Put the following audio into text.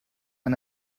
and